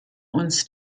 uns